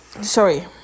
Sorry